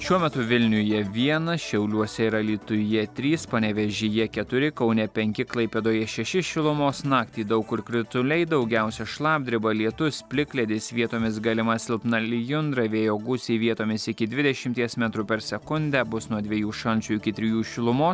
šiuo metu vilniuje vienas šiauliuose ir alytuje trys panevėžyje keturi kaune penki klaipėdoje šeši šilumos naktį daug kur krituliai daugiausia šlapdriba lietus plikledis vietomis galima silpna lijundra vėjo gūsiai vietomis iki dvidešimties metrų per sekundę bus nuo dviejų šalčio iki trijų šilumos